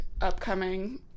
upcoming